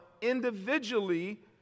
individually